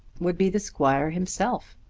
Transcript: would be the squire himself!